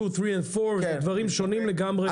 אלה דברים שונים לגמרי.